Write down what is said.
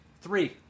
Three